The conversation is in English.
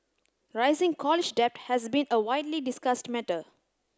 rising college debt has been a widely discussed matter